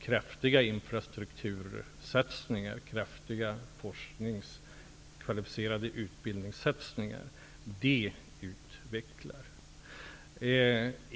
Kraftiga infrastruktursatsningar och kvalificerade forsknings och utbildninssatsningar är däremot utvecklande.